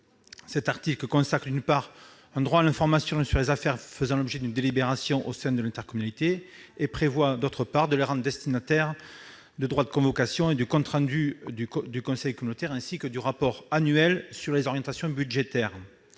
EPCI. Il consacre, d'une part, un droit à l'information sur les affaires faisant l'objet d'une délibération au sein de l'intercommunalité et prévoit, d'autre part, de les rendre destinataires de droit de la convocation et du compte rendu du conseil communautaire, ainsi que du rapport annuel sur les orientations budgétaires.